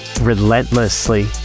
relentlessly